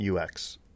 UX